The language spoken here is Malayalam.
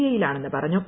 എയിലാണെന്ന് പറഞ്ഞു